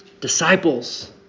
Disciples